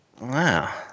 Wow